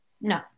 No